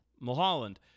mulholland